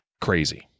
crazy